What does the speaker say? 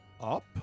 up